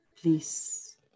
Please